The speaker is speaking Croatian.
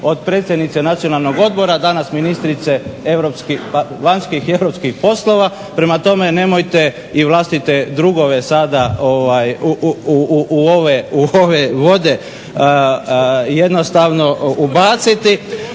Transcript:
od predsjednice nacionalnog odbora, danas ministrice europskih, vanjskih i europskih poslova. Prema tome, nemojte i vlastite drugove sada u ove vode jednostavno ubaciti.